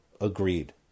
Agreed